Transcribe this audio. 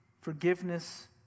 Forgiveness